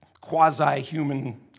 quasi-human